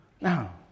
Now